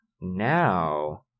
now